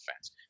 fans